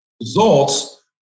Results